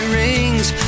rings